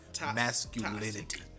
masculinity